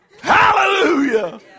Hallelujah